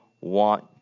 want